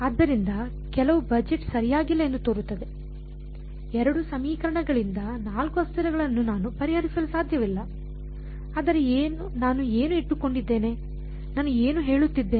ಆದ್ದರಿಂದ ಕೆಲವು ಬಜೆಟ್ ಸರಿಯಾಗಿಲ್ಲ ಎಂದು ತೋರುತ್ತದೆ 2 ಸಮೀಕರಣಗಳಿಂದ 4 ಅಸ್ಥಿರಗಳನ್ನು ನಾನು ಪರಿಹರಿಸಲು ಸಾಧ್ಯವಿಲ್ಲ ಆದರೆ ನಾನು ಏನು ಇಟ್ಟುಕೊಂಡಿದ್ದೇನೆ ನಾನು ಏನು ಹೇಳುತ್ತಿದ್ದೇನೆ